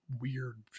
weird